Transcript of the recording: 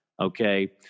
Okay